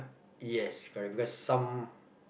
yes correct because some